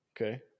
Okay